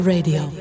Radio